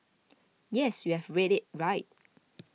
yes you have read it right